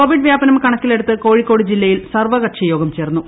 Covid വ്യാപന്ക്ക്ണക്കിലെടുത്ത് ന് കോഴിക്കോട് ജില്ലയിൽ സർവ്വകക്ഷി യോഗം ചേർന്നു